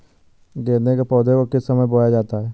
गेंदे के पौधे को किस समय बोया जाता है?